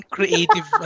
Creative